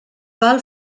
val